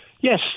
Yes